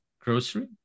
grocery